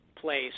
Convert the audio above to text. place